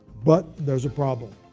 but there's a problem,